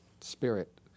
spirit